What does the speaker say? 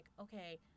okay